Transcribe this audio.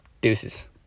Deuces